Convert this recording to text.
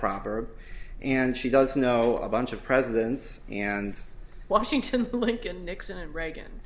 proverb and she does know a bunch of presidents and washington lincoln nixon and reagan